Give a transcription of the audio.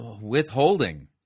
withholding